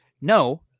No